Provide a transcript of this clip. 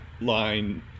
line